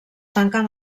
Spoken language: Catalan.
tanquen